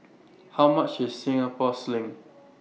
How much IS Singapore Sling